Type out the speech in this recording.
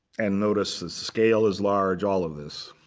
and notice the scale is large all of this.